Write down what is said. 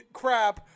crap